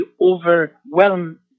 overwhelm